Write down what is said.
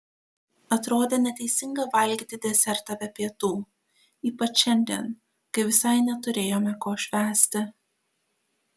atrodė neteisinga valgyti desertą be pietų ypač šiandien kai visai neturėjome ko švęsti